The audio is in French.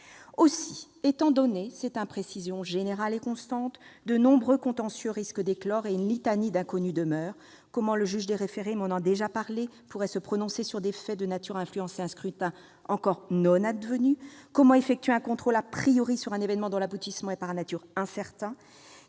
Aussi, étant donné cette imprécision générale et constante, de nombreux contentieux risquent d'éclore et quantité d'inconnues demeurent. Comment le juge des référés pourrait-il se prononcer sur des faits de nature à influencer un scrutin encore non advenu ? Comment effectuer un contrôle sur un événement dont l'aboutissement est, par nature, incertain ?